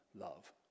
love